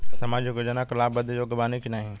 सामाजिक योजना क लाभ बदे योग्य बानी की नाही?